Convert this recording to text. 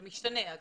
זה משתנה.